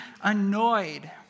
annoyed